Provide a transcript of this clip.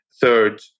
Third